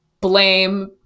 blame